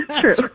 True